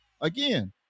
Again